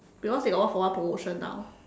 because they got one for one promotion now